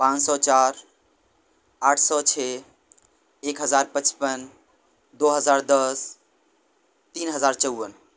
پانچ سو چار آٹھ سو چھ ایک ہزار پچپن دو ہزار دس تین ہزار چوپن